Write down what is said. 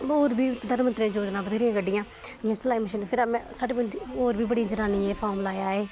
बी धर्म योजना बथ्हेरियां कड्ढियां सिलाई मशीनां फिर में साढ़े पिंड बी बड़ी जनानियें फार्म लाया ऐ